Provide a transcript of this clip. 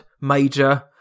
Major